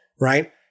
right